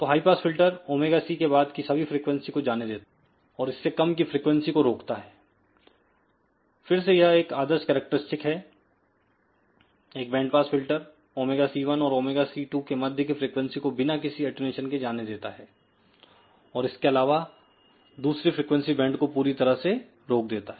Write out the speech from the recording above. तो high pass filter ωc के बाद की सभी फ्रीक्वेंसी को जाने देता है और इससे कम की फ्रीक्वेंसी को रोकता है फिर से यह एक आदर्श कैरेक्टरस्टिक है एकबैंड पास फिल्टर ωc1 और ωc2 के मध्य की फ्रीक्वेंसी को बिना किसी अटेंन्यूशन के जाने देता है और इसके अलावा दूसरी फ्रिकवेंसी बैंड को पूरी तरह से रोक देता है